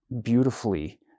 beautifully